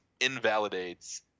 invalidates